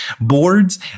boards